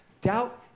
Doubt